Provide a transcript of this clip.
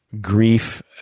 grief